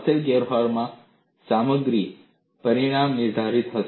વાસ્તવિક વ્યવહારમાં સામગ્રી પરિમાણ નિર્ધારિત કરશે